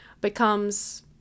becomes